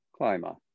Clima